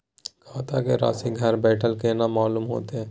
खाता के राशि घर बेठल केना मालूम होते?